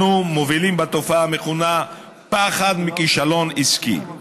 אנחנו מובילים בתופעה המכונה "פחד מכישלון עסקי".